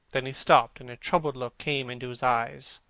then he stopped, and a troubled look came into his eyes.